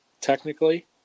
technically